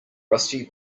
rusty